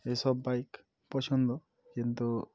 এসব বাইক পছন্দ কিন্তু